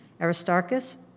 Aristarchus